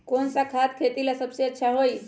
कौन सा खाद खेती ला सबसे अच्छा होई?